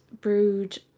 brewed